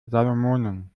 salomonen